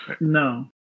No